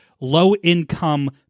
low-income